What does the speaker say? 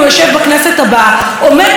העומד בראש המחנה הציוני,